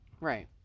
Right